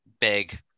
big